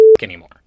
anymore